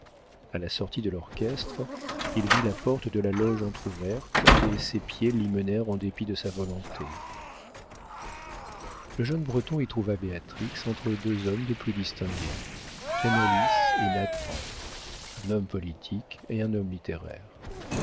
a la sortie de l'orchestre il vit la porte de la loge entr'ouverte et ses pieds l'y menèrent en dépit de sa volonté le jeune breton y trouva béatrix entre deux hommes des plus distingués canalis et nathan un homme politique et un homme